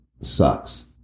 sucks